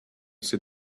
said